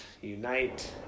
unite